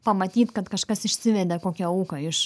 pamatyt kad kažkas išsivedė kokią auką iš